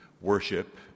worship